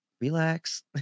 relax